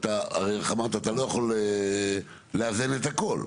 אתה לא יכול לאזן את הכול.